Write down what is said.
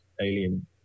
alien